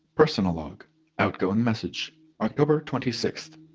personal log outgoing message october twenty-sixth,